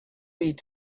eat